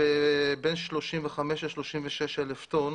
בין 35 ל-36 אלף טון.